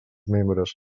membres